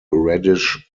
reddish